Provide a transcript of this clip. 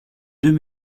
deux